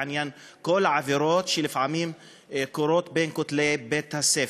בעניין כל העבירות שלפעמים קורות בין כותלי בית-הספר.